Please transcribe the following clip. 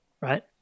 right